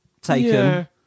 taken